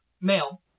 male